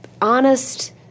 honest